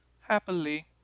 Happily